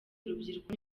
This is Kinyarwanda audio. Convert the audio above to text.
urubyiruko